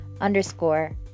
underscore